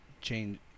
change